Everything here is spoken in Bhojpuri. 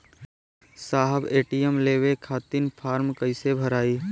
साहब ए.टी.एम लेवे खतीं फॉर्म कइसे भराई?